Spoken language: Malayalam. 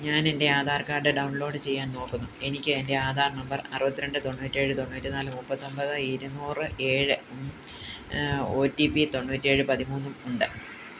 ഞാൻ എൻ്റെ ആധാർ കാർഡ് ഡൗൺലോഡ് ചെയ്യാൻ നോക്കുന്നു എനിക്ക് എൻ്റെ ആധാർ നമ്പർ അറുപത്തിരണ്ട് തൊണ്ണൂറ്റേഴ് തൊണ്ണൂറ്റി നാല് മുപ്പത്തൊമ്പത് ഇരുന്നൂറ് ഏഴും ഒ റ്റി പി തൊണ്ണൂറ്റേഴ് പതിമൂന്നും ഉണ്ട്